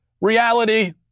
reality